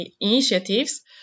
initiatives